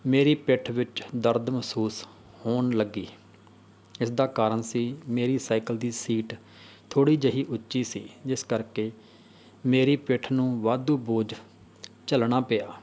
ਮੇਰੀ ਪਿੱਠ ਵਿੱਚ ਦਰਦ ਮਹਿਸੂਸ ਹੋਣ ਲੱਗੀ ਇਸ ਦਾ ਕਾਰਨ ਸੀ ਮੇਰੀ ਸਾਈਕਲ ਦੀ ਸੀਟ ਥੋੜ੍ਹੀ ਜਿਹੀ ਉੱਚੀ ਸੀ ਜਿਸ ਕਰਕੇ ਮੇਰੀ ਪਿੱਠ ਨੂੰ ਵਾਧੂ ਬੋਝ ਝੱਲਣਾ ਪਿਆ